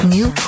New